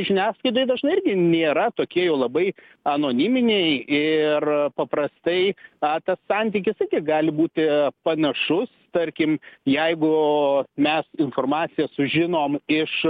žiniasklaidoj dažnai irgi nėra tokie jau labai anoniminiai ir paprastai na tas santykis gali būti panašus tarkim jeigu mes informaciją sužinom iš